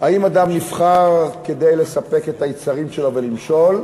האם אדם נבחר כדי לספק את היצרים שלו ולמשול,